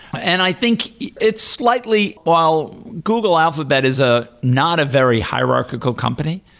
and i think it's slightly while google alphabet is ah not a very hierarchical company,